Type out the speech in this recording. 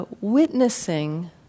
witnessing